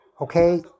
okay